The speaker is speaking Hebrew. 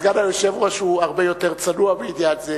סגן היושב-ראש הרבה יותר צנוע בעניין זה,